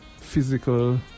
physical